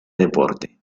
deporte